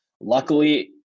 Luckily